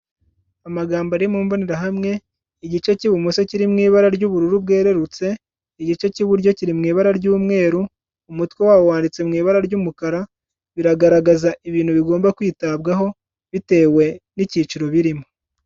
Amagambo ari mu mbonerahamwe igice cy'bumoso kiri mu ibara ry'ubururu bwerurutse igice cy'iburyo kiri mu ibara ry'umweru umutwe wawo wanditse mu ibara ry'umukara, biragaragaza ibintu bigomba kwitabwaho bitewe n'icyiciro birimo.